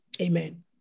amen